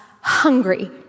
hungry